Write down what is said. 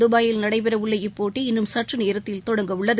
துடையில் நடைபெறவுள்ள இப்போட்டி இன்னும் சற்றுநேரத்தில் தொடங்கவுள்ளது